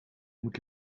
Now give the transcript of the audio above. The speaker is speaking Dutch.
moet